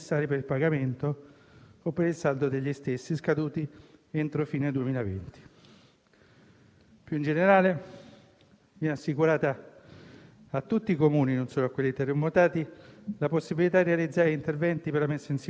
il differimento al 30 giugno 2021 del termine scaduto già il 30 gennaio 2020 per l'adozione del decreto del Ministero dell'interno recante le modalità attuative dell'utilizzo del fondo di un milione di euro